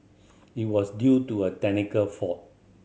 it was due to a technical fault